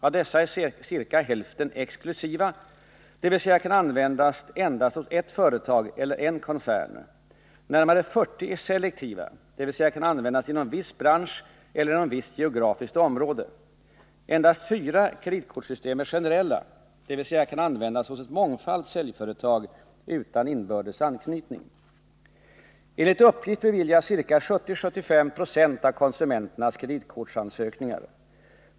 Av dessa är ca hälften exklusiva, dvs. kan användas endast hos ett företag eller en koncern. Närmare 40 är selektiva, dvs. kan användas inom en viss bransch eller inom visst geografiskt område. Endast fyra kreditkortssystem är generella, dvs. kan användas hos en mångfald säljföretag utan inbördes anknytning. Enligt uppgift beviljas ca 70-75 90 av konsumenternas kreditkortsansökningar.